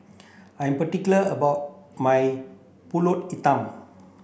I am particular about my Pulut Hitam